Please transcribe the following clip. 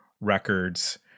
Records